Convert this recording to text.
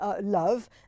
Love